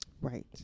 right